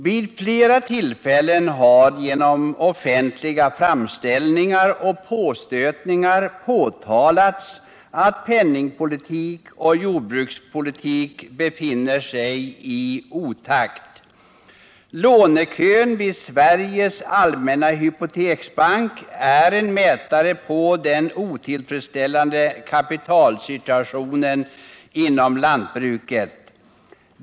Vid flera tillfällen har genom offentliga framställningar och påstötningar påtalats att penningpolitik och jordbrukspolitik befinner sig i otakt. Lånekön vid Sveriges allmänna hypoteksbank är en mätare på den otillfredsställande kapitalsituationen inom lantbruket.